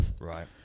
Right